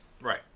Right